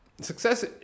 success